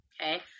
Okay